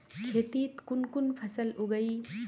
खेतीत कुन कुन फसल उगेई?